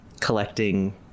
collecting